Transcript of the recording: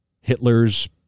Hitler's